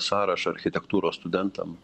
sąrašą architektūros studentam